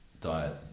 diet